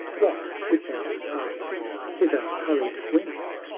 what, without asking, hither hurried whence?